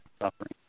suffering